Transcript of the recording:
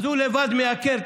אז הוא לבד מייקר,